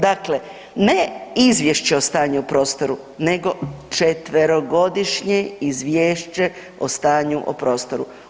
Dakle, ne izvješće o stanju o prostoru nego četverogodišnje izvješće o stanju o prostoru.